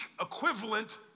equivalent